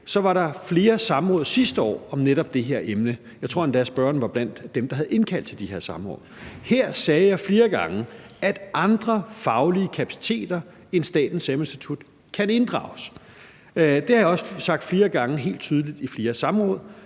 var der flere samråd sidste år om netop det her emne. Jeg tror endda, at spørgeren var blandt dem, der havde indkaldt til de her samråd. Her sagde jeg flere gange, at andre faglige kapaciteter end Statens Serum Institut kan inddrages. Det har jeg også sagt flere gange helt tydeligt i flere samråd.